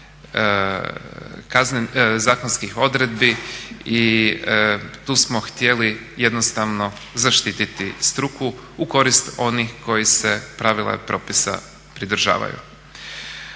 zakonskih odredbi i tu smo htjeli jednostavno zaštiti struku u korist onih koji se pravila i propisa pridržavaju.